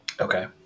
Okay